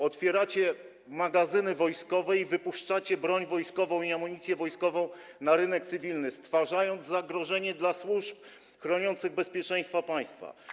Otwieracie magazyny wojskowe i wypuszczacie broń i amunicję wojskową na rynek cywilny, stwarzając zagrożenie dla służb chroniących bezpieczeństwo państwa.